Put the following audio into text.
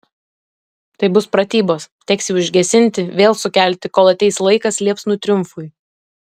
tai bus pratybos teks jį užgesinti vėl sukelti kol ateis laikas liepsnų triumfui